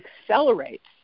accelerates